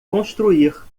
construir